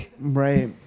Right